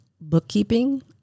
bookkeeping